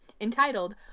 entitled